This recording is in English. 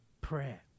prayer